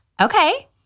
Okay